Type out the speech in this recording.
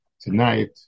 tonight